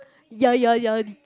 ya ya ya